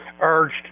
urged